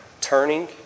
Turning